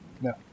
No